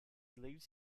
leaves